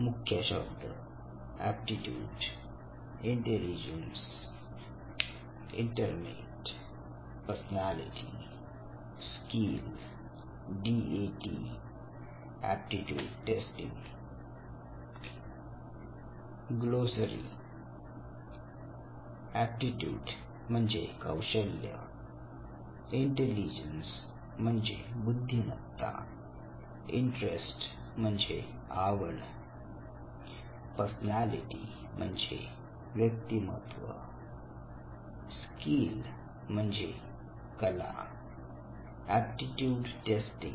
मुख्य शब्द aptitude intelligence interest personality skill D A T aptitude testing